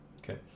Okay